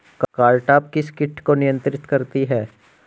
Cartap किस किट को नियंत्रित करती है?